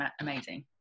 amazing